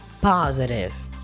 positive